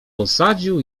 posadził